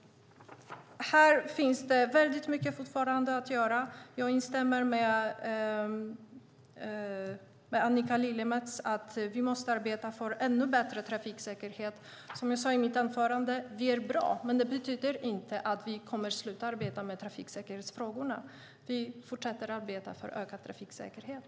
Det finns fortfarande mycket att göra. Jag instämmer i det Annika Lillemets säger om att vi måste arbeta för ännu bättre trafiksäkerhet. Som jag sade i mitt anförande: Vi är bra, men det betyder inte att vi kommer att sluta arbeta med trafiksäkerhetsfrågorna, utan vi fortsätter att arbeta för ökad trafiksäkerhet.